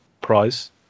prize